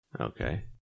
Okay